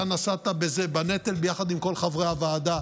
אתה נשאת בזה, בנטל, ביחד עם כל חברי הוועדה,